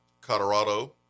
Colorado